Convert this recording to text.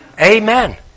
Amen